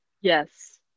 Yes